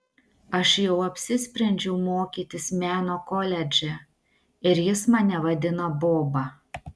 aš jau apsisprendžiau mokytis meno koledže ir jis mane vadina boba